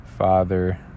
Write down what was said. father